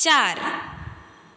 चार